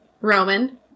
Roman